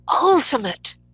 ultimate